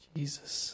Jesus